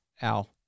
Al